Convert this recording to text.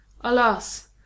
Alas!—